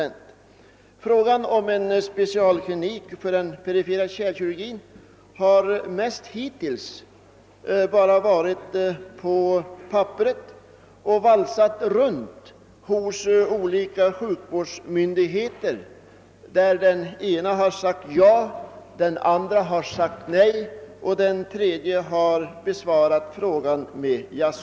Frågan om en specialklinik för perifer kärlkirurgi har hittills mest bara, på papperet, valsat runt till olika sjukvårdsmyndigheter; den ena har sagt ja, den andra har sagt nej och den tredje har besvarat frågan med jaså.